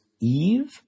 Eve